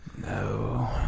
No